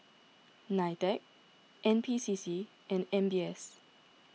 Nitec N P C C and M B S